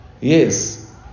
Yes